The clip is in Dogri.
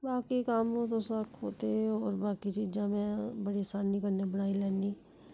बाकी कम्म तुस आक्खो ते होर बाकी चीज़ां में बड़ी असानी कन्नै बनाई लैन्नी